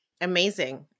Amazing